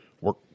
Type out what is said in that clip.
work